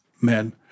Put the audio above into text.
men